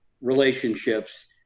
relationships